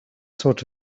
sort